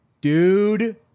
Dude